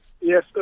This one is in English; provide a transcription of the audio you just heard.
Yes